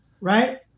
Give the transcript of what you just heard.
right